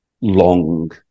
long